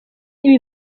ibi